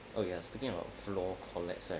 oh ya speaking about the floor collapsed right